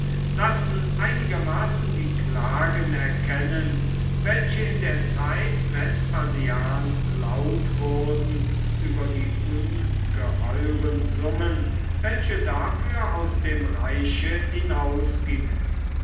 lassen einigermaßen die klagen erkennen welche in der zeit vespasians laut wurden über die ungeheuren summen welche dafür aus dem reiche